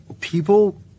people